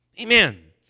Amen